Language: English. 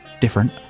different